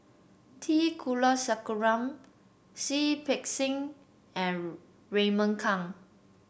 T Kulasekaram Seah Peck Seah and Raymond Kang